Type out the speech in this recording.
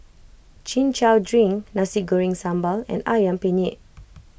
Chin Chow Drink Nasi Goreng Sambal and Ayam Penyet